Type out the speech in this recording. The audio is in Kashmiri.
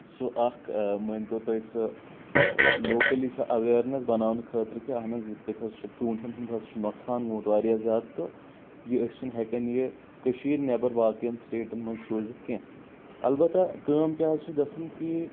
سُہ اکھ مٲنۍ تو تُہۍ سُہ لوکلی سۄ اٮ۪ویرنیٚس بناونہٕ خٲطرٕ کہِ اہن حظ یِتھ کٲٹھۍ حظ چھُ ژوٗنٛٹھٮ۪ن ہُنٛد حظ چھُ نۄقصان گوٚومُت واریاہ زیادٕ تہٕ یہِ أسۍ چھِنہٕ ہٮ۪کان یہِ کٔشیٖر نٮ۪بر باقیَن سٹیٹن منٛز سوٗزتھ کینٛہہ البتہ کٲم کیٛاہ حظ چھِ گژھان کہِ